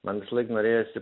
man visąlaik norėjosi